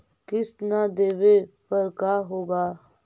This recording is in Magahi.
किस्त न देबे पर का होगा?